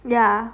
yeah